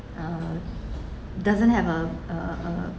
uh doesn't have a uh uh